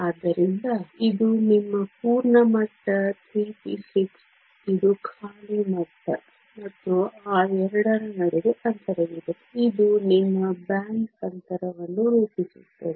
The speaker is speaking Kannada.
ಆದ್ದರಿಂದ ಇದು ನಿಮ್ಮ ಪೂರ್ಣ ಮಟ್ಟ 3p6 ಇದು ಖಾಲಿ ಮಟ್ಟ ಮತ್ತು ಆ 2 ರ ನಡುವೆ ಅಂತರವಿದೆ ಅದು ನಿಮ್ಮ ಬ್ಯಾಂಡ್ ಅಂತರವನ್ನು ರೂಪಿಸುತ್ತದೆ